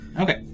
Okay